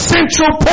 Central